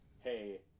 hey